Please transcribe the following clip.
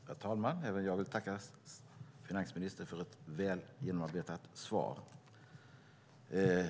Herr talman! Även jag vill tacka finansministern för ett väl genomarbetat svar.